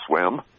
swim